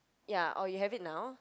ya or you have it now